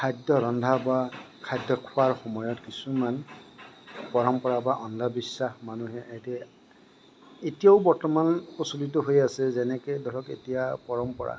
খাদ্য ৰন্ধা বঢ়া খাদ্য খোৱাৰ সময়ত কিছুমান পৰম্পৰা বা অন্ধবিশ্বাস মানুহে এতিয়াও বৰ্তমান প্ৰচলিত হৈ আছে যেনেকৈ ধৰক এতিয়া পৰম্পৰা